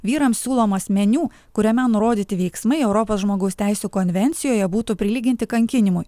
vyrams siūlomas meniu kuriame nurodyti veiksmai europos žmogaus teisių konvencijoje būtų prilyginti kankinimui